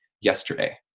yesterday